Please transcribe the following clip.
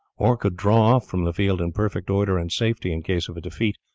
or could draw off from the field in perfect order and safety in case of a defeat,